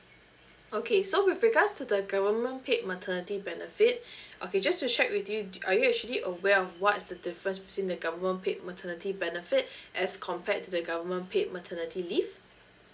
okay so with regards to the government paid maternity benefit okay just to check with you are you actually aware of what's the difference between the government paid maternity benefit as compared to the government paid maternity leave